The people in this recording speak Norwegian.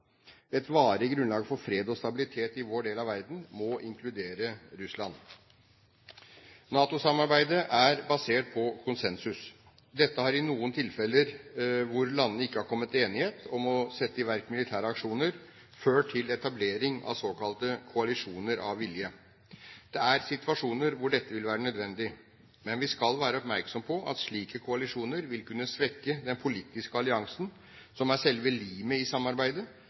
Et varig grunnlag for fred og stabilitet i vår del av verden må inkludere Russland. NATO-samarbeidet er basert på konsensus. Dette har i noen tilfeller hvor landene ikke har kommet til enighet om å sette i verk militære aksjoner, ført til etablering av såkalte koalisjoner av villige. Det er situasjoner hvor dette vil være nødvendig, men vi skal være oppmerksomme på at slike koalisjoner vil kunne svekke den politiske alliansen som er selve limet i samarbeidet,